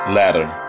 ladder